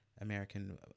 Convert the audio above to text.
American